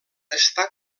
està